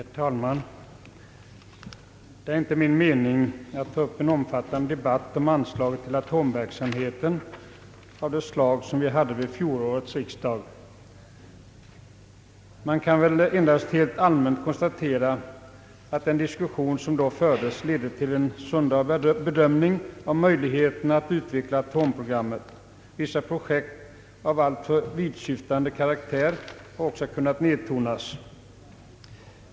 Herr talman! Det är inte min mening att ta upp en omfattande debatt beträf fande anslaget till atomenergiverksamheten, av det slag vi hade vid fjolårets riksdag. Rent allmänt kan man väl nöja sig med att konstatera att den diskussionen ledde till en sundare bedömning av möjligheterna att utveckla atomenergiprogrammet. Vissa projekt av alltför vittsyftande karaktär har också kunnat nedtonas.